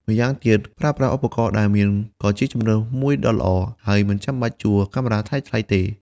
ម្យ៉ាងទៀតការប្រើប្រាស់ឧបករណ៍ដែលមានក៏ជាជម្រើសមួយដ៏ល្អ ហើយមិនចាំបាច់ជួលកាមេរ៉ាថ្លៃៗទេ។